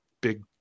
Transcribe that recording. big